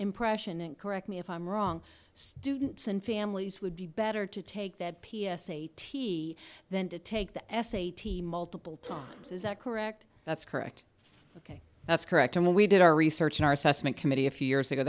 impression and correct me if i'm wrong students and families would be better to take that p s a t than to take the s a t multiple times is that correct that's correct ok that's correct and when we did our research in our assessment committee a few years ago